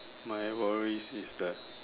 my worries is that